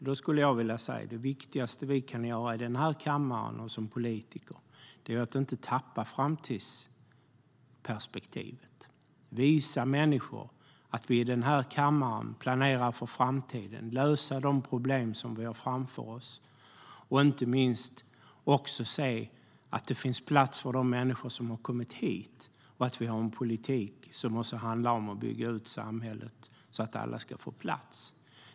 Då skulle jag vilja säga: Det viktigaste vi kan göra i den här kammaren och som politiker är att inte tappa framtidsperspektivet utan visa människor att vi i den här kammaren planerar för framtiden, för att lösa de problem som vi har framför oss och inte minst se att det finns plats för de människor som har kommit hit och att vi har en politik som handlar om att bygga ut samhället så att alla ska få plats.